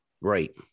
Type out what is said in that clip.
Right